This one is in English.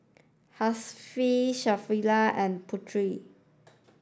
Hasif Sharifah and Putera